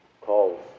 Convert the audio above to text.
calls